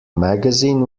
magazine